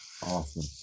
Awesome